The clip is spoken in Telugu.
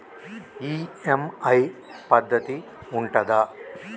ఈ.ఎమ్.ఐ పద్ధతి ఉంటదా?